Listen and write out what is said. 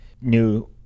new